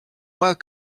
mois